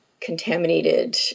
contaminated